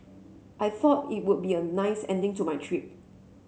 I thought it would be a nice ending to my trip